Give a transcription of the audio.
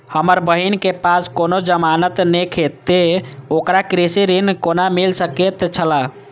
हमर बहिन के पास कोनो जमानत नेखे ते ओकरा कृषि ऋण कोना मिल सकेत छला?